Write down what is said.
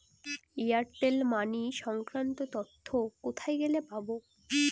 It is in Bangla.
এয়ারটেল মানি সংক্রান্ত তথ্য কোথায় গেলে পাব?